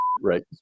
right